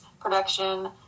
production